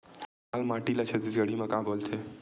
लाल माटी ला छत्तीसगढ़ी मा का बोलथे?